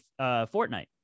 Fortnite